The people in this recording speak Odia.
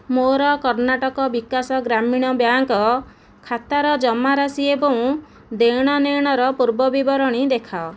ମୋର କର୍ଣ୍ଣାଟକ ବିକାଶ ଗ୍ରାମୀଣ ବ୍ୟାଙ୍କ ଖାତାର ଜମାରାଶି ଏବଂ ଦେଣନେଣର ପୂର୍ବ ବିବରଣୀ ଦେଖାଅ